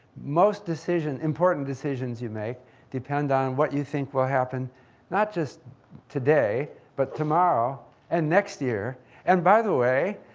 most decision, important decisions you make depend on what you think will happen not just today, but tomorrow and next year and, by the way,